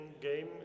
game